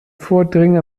vordringen